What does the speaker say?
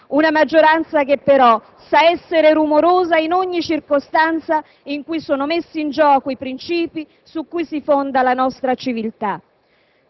una maggioranza che però saprà essere rumorosa in ogni circostanza in cui sono messi in gioco i princìpi su cui si fonda la nostra civiltà.